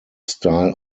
style